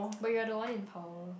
but you are the one in power